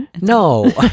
No